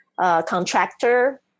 contractor